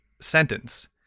sentence